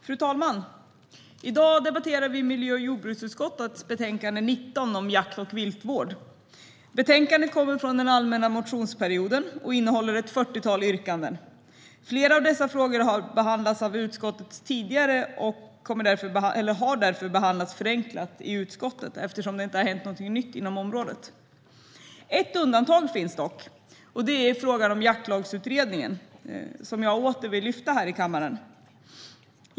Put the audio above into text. Fru talman! I dag debatterar vi miljö och jordbruksutskottets betänkande 19 om jakt och viltvård. Betänkandet innehåller ett 40-tal yrkanden från den allmänna motionstiden. Flera av dessa frågor har behandlats av utskottet tidigare och har därför behandlats förenklat eftersom det inte har hänt något nytt inom området. Ett undantag finns dock, och det är frågan om Jaktlagsutredningen som jag åter vill lyfta här i kammaren.